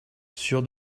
sûr